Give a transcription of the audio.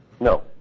No